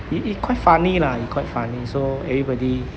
he he quite funny lah he quite funny so everybody